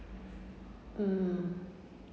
mm